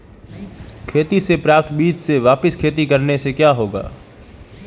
खेती से प्राप्त बीज से वापिस खेती करने से क्या होगा?